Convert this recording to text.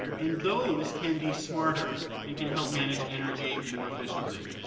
and those can be smarter and can help manage energy more efficiently.